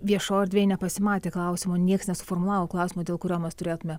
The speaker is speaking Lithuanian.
viešoj erdvėj nepasimatė klausimo niekas nesuformulavo klausimo dėl kurio mes turėtume